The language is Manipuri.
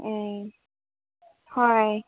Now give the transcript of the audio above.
ꯎꯝ ꯍꯣꯏ